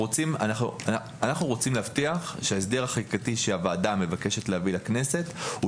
אנחנו רוצים להבטיח שההסדר החקיקתי שהוועדה מבקשת להביא לכנסת הוא